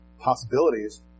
possibilities